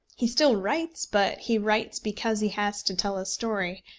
he still writes but he writes because he has to tell a story,